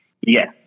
Yes